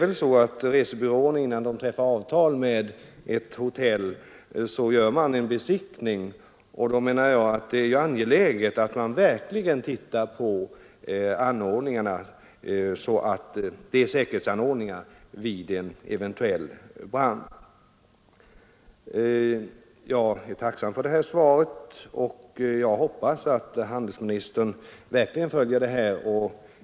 Innan resebyråerna träffar avtal med ett hotell gör de väl en besiktning. Det är då angeläget att man verkligen ser efter att det finns säkerhetsanordningar vid en eventuell brand. Jag är tacksam för svaret. Jag hoppas att handelsministern verkligen följer detta.